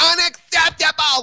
unacceptable